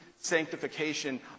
sanctification